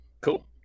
Cool